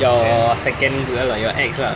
your second girl your ex lah